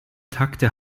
takte